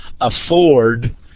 afford